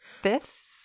fifth